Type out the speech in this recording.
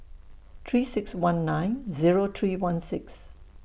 three six one nine Zero three one six